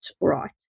right